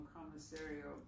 Commissario